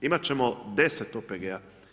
Imati ćemo 10 OPG-a.